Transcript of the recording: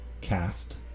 cast